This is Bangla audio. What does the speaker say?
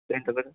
পেন